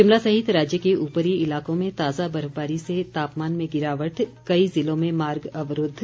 शिमला सहित राज्य के ऊपरी इलाकों में ताजा बर्फबारी से तापमान में गिरावट कई जिलों में मार्ग अवरूद्ध